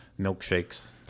milkshakes